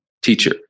teacher